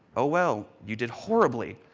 oh, well, you did horribly.